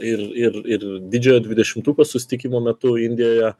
ir ir ir didžiojo dvidešimtuko susitikimo metu indijoje